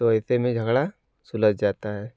तो इतने में झगड़ा सुलझ जाता है